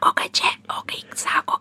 o kad čia o kai sako